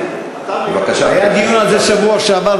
היה דיון בשבוע שעבר,